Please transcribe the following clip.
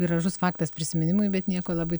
gražus faktas prisiminimai bet nieko labai